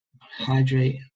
Hydrate